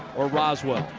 or roswell.